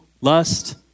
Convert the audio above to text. lust